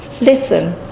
listen